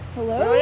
Hello